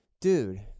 Dude